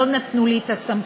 לא נתנו לי את הסמכות,